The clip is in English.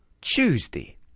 Tuesday